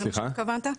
זה מה שהתכוונת?